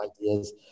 ideas